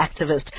Activist